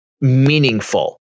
meaningful